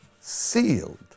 sealed